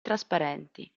trasparenti